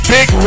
Big